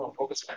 focus